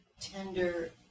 tender